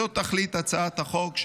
זו תכלית הצעת החוק,